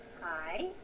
Hi